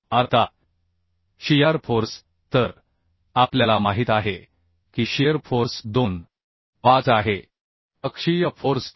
आता shear force तर आपल्याला माहित आहे की शिअर फोर्स अक्षीय फोर्सच्या 2